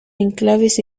enclaves